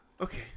Okay